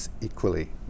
equally